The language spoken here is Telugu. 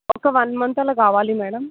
ఒక వన్ మంత్ అలా కావాలి మ్యాడం